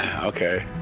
Okay